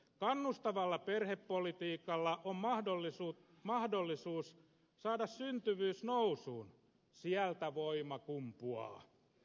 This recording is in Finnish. kannustavalla perhepolitiikalla on mahdollisuus saada syntyvyys nousuun sieltä voima kumpuaa